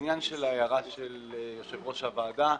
לעניין ההערה של יושב-ראש הוועדה,